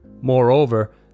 Moreover